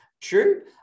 true